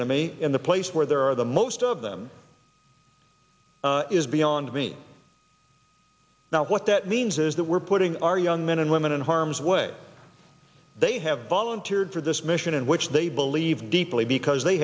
enemy in the place where there are the most of them is beyond me now what that means is that we're putting our young men and women in harm's way they have volunteered for this mission in which they believe deeply because they